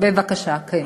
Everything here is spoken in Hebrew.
בבקשה, כן.